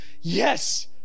Yes